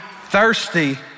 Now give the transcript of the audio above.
thirsty